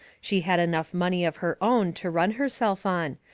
she had enough money of her own to run herself on,